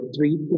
three